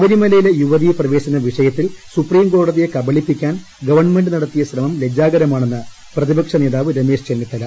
ശബരിമലയിലെ യുവതീ പ്രവേശന വിഷയത്തിൽ സുപ്രീംകോടതിയെ കബളിപ്പിക്കാൻ ഗവൺമെന്റ് നടത്തിയ ശ്രമം ലജ്ജാകരമാണെന്ന് പ്രതിപക്ഷ നേതാവ് രമേശ് ചെന്നിത്തല